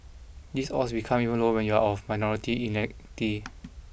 these odds become even lower when you are of minority